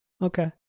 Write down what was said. okay